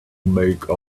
make